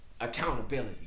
accountability